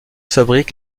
fabrique